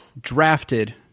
drafted